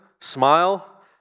smile